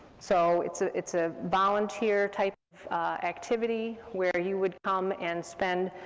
so it's ah it's a volunteer type of activity, where you would come and spend,